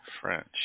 French